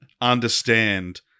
understand